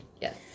Yes